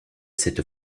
cette